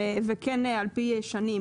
וכן על פי שנים,